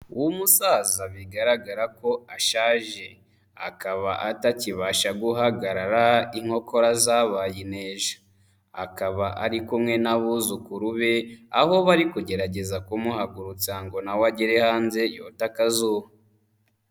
Umusaza bigaragara ko ashaje. Akaba atakibasha guhagarara inkokora zabaye inteja. Akaba ari kumwe n'abuzukuru be, aho bari kugerageza kumuhagurutsa ngo na we agere hanze, yote akazuba.